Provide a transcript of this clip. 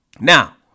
Now